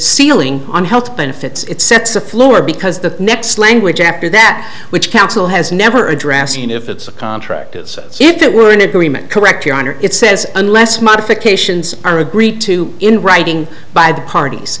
ceiling on health benefits it sets a floor because the next language after that which council has never addressing if it's a contract is if it were in agreement correct your honor it says unless modifications are agreed to in writing by the parties